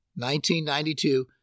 1992